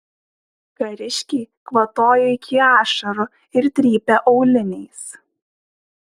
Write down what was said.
kariškiai kvatojo iki ašarų ir trypė auliniais